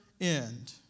end